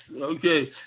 Okay